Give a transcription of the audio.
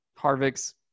harvick's